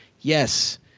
yes